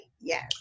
Yes